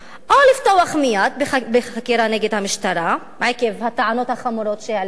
או לפתוח מייד בחקירה נגד המשטרה עקב הטענות החמורות שהעליתי,